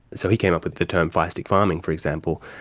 so he came up with the term fire stick farming, for example,